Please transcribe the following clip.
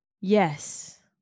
Yes